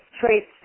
traits